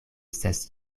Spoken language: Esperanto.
ses